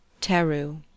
Teru